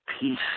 peace